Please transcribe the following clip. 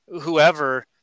whoever